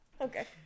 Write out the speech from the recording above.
Okay